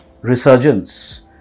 resurgence